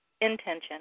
intention